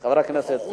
חבר הכנסת,